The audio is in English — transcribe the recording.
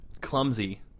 clumsy